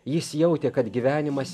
jis jautė kad gyvenimas